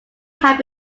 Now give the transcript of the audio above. have